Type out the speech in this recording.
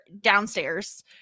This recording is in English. downstairs